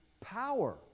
power